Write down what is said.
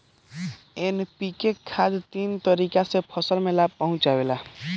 NPK खाद तीन तरीके से फसल के लाभ पहुंचावेला